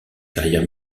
carrière